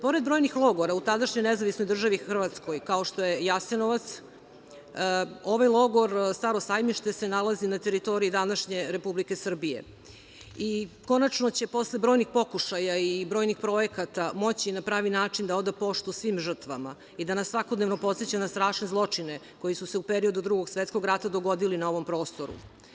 Pored brojnih logora u tadašnjoj NDH, kao što je „Jasenovac“, ovaj logor „Staro sajmište“ se nalazi na teritorije današnje Republike Srbije i konačno će, posle brojnih pokušaja i brojnih projekata, moći na pravi način da oda poštu svim žrtvama i da nas svakodnevno podseća na strašne zločine koji su se u periodu Drugog svetskog rata dogodili na ovom prostoru.